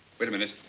wait a minute.